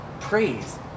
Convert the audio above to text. praise